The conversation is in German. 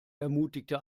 ermutigte